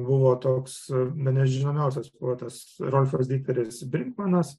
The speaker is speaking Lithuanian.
buvo toks bene žinomiausias poetas rolfas dikteris bigmanas